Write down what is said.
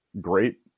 great